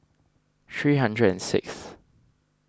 three hundred and sixth